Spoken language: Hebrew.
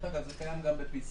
דרך אגב, זה קיים גם ב-PCR.